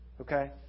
okay